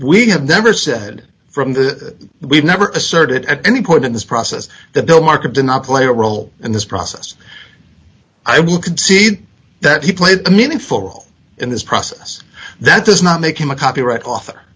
we have never said from that we've never asserted at any point in this process that the market did not play a role in this process i will concede that he played a meaningful in this process that does not make him a copyright author